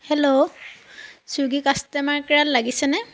hello Swiggy customer কেয়াৰত লাগিছেনে